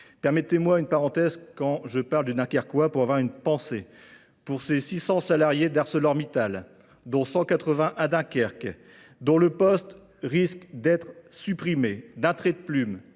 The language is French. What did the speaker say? Permettez-moi une parenthèse quand je parle de Dunkerquois pour avoir une pensée. Pour ces 600 salariés d'ArcelorMittal, dont 181 à Dunkerque, dont le poste risque d'être supprimé d'un trait de plume